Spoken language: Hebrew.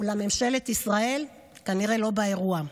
אולם ממשלת ישראל כנראה לא באירוע.